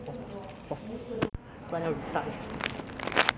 oh 你的学时要课程怎样:ni de xue xiao ke cheng zen yang